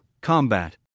combat